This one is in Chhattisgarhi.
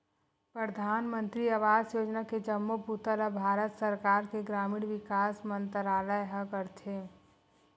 परधानमंतरी आवास योजना के जम्मो बूता ल भारत सरकार के ग्रामीण विकास मंतरालय ह करथे